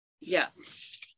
yes